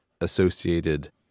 associated